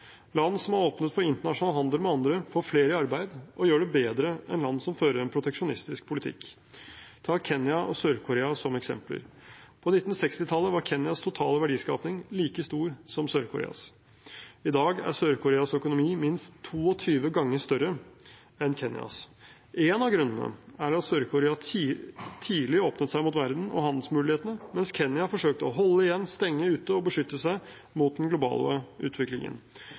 Land som har åpnet for internasjonal handel med andre, får flere i arbeid og gjør det bedre enn land som fører en proteksjonistisk politikk. Ta Kenya og Sør-Korea som eksempler. På 1960-tallet var Kenyas totale verdiskaping like stor som Sør-Koreas. I dag er Sør-Koreas økonomi minst 22 ganger større enn Kenyas. En av grunnene er at Sør-Korea tidlig åpnet seg mot verden og handelsmulighetene, mens Kenya forsøkte å holde igjen, stenge ute og beskytte seg mot den globale utviklingen.